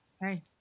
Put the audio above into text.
hey